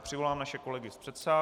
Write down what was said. Přivolám naše kolegy z předsálí.